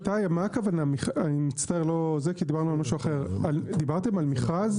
איתי, דיברתם על מכרז?